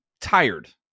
tired